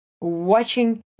watching